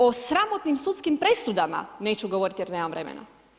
O sramotnim sudskim presudama neću govoriti jer nemam vremena.